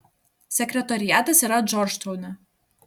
sekretoriatas yra džordžtaune